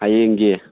ꯍꯌꯦꯡꯒꯤ